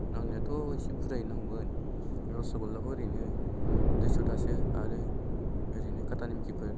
नांनायाथ' एसे बुर्जायैनो नांगौमोन रस'गलाखौ ओरैनो दुइश'थासो आरो ओरैनो खाथा नेमकिफोर